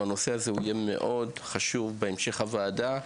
הנושא הזה הוא יהיה מאוד חשוב בהמשך הוועדה,